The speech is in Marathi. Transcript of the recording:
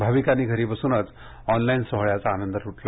भाविकांनी घरी बसूनच ऑनलाईन सोहळ्याचा आनंद लुटला